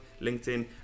LinkedIn